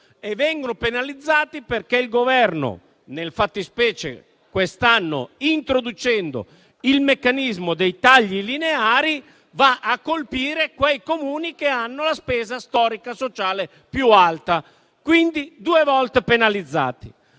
del servizio e perché il Governo, nella fattispecie quest'anno, introducendo il meccanismo dei tagli lineari, va a colpire i Comuni che hanno la spesa storica sociale più alta, quindi sono due volte penalizzati.